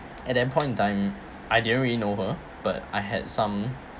at that point in time I didn't really know her but I had some